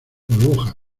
burbuja